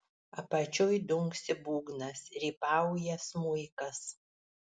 apačioj dunksi būgnas rypauja smuikas